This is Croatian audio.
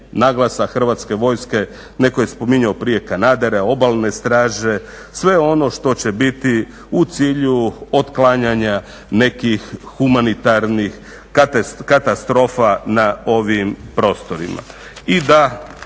Hrvatske vojske, netko je spominjao prije kanadere, obalne straže, sve ono što će biti u cilju otklanjanja nekih humanitarnih katastrofa na ovim prostorima.